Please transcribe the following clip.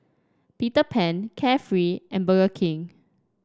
Peter Pan Carefree and Burger King